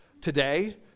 today